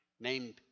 named